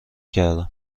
کردم